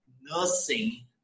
nursing